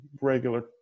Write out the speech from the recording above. regular